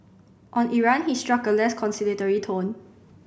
on Iran he struck a less conciliatory tone